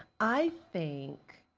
i think,